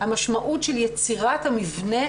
המשמעות של יצירת המבנה,